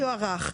זה יוארך.